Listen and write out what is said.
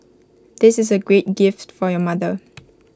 this is A great gift for your mother